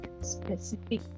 specific